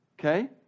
Okay